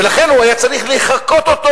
ולכן הוא היה צריך לחקות אותו,